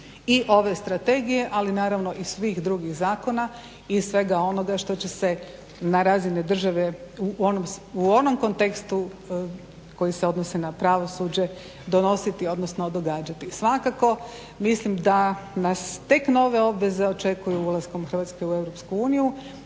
i ove strategije ali naravno i svih drugih zakona i svega onoga što će se na razni države u onom kontekstu koji se odnosi na pravosuđe donositi odnosno događati. Svakako mislim da nas tek nove obveze očekuju ulaskom Hrvatske u EU,